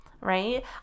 right